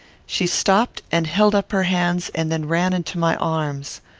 she stopped and held up her hands, and then ran into my arms.